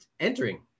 entering